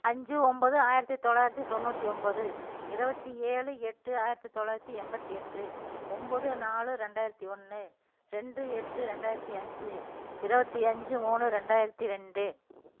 அஞ்சு ஒம்பது ஆயிரத்தி தொள்ளாயிரத்தி தொண்ணூற்றி ஒம்பது இருபத்தி ஏழு எட்டு ஆயிரத்தி தொள்ளாயிரத்தி எண்பத்தி எட்டு ஒம்பது நாலு ரெண்டாயிரத்தி ஒன்று ரெண்டு எட்டு ரெண்டாயிரத்தி அஞ்சு இருபத்தி அஞ்சு மூன்று ரெண்டாயிரத்தி ரெண்டு